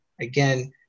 again